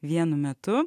vienu metu